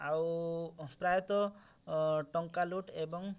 ଆଉ ପ୍ରାୟତଃ ଟଙ୍କା ଲୁଟ୍ ଏବଂ